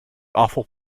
awful